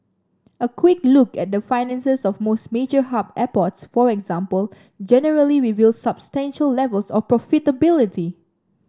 a quick look at the finances of most major hub airports for example generally reveals substantial levels of profitability